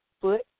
foot